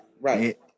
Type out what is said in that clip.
right